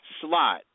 slot